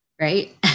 right